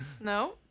no